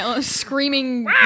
screaming